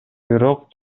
бирок